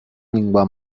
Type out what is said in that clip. lingua